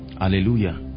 Hallelujah